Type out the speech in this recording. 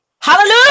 Hallelujah